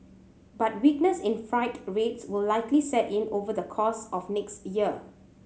but weakness in freight rates will likely set in over the course of next year